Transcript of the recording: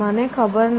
મને ખબર નથી